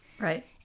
Right